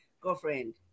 Girlfriend